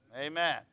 Amen